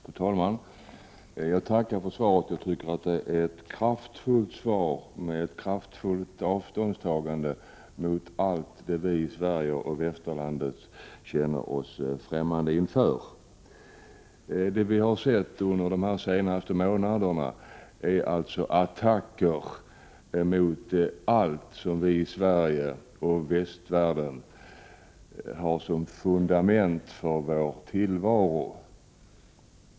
Fru talman! Jag tackar för svaret. Jag tycker att det är ett kraftfullt svar med ett kraftfullt avståndstagande från allt det vi i Sverige och västerlandet känner oss främmande inför. Det vi har sett under de senaste månaderna är attacker mot allt vi i Sverige och västvärlden har som fundament för vår tillvaro.